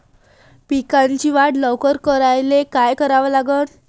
पिकाची वाढ लवकर करायले काय करा लागन?